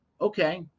Okay